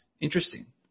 interesting